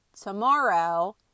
tomorrow